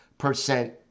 percent